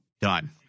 Done